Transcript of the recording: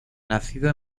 nacido